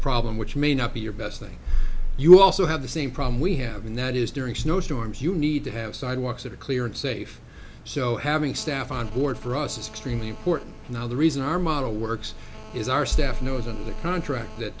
problem which may not be your best thing you also have the same problem we have and that is during snowstorms you need to have sidewalks that are clear and safe so having staff on board for us is streaming important now the reason our model works is our staff knows in the contract that